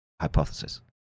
hypothesis